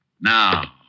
Now